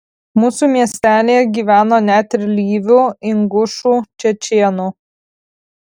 mūsų miestelyje gyveno net ir lyvių ingušų čečėnų